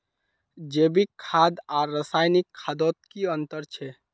जैविक खाद आर रासायनिक खादोत की अंतर छे?